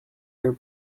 your